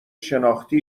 شناختی